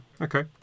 Okay